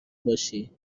باشی